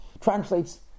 translates